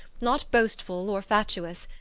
not boastful or fatuous,